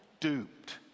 Duped